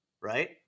right